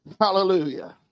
Hallelujah